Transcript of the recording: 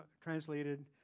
translated